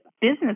business